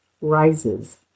rises